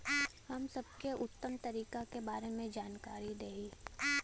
हम सबके उत्तम तरीका के बारे में जानकारी देही?